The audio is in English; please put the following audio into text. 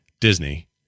Disney